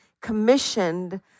commissioned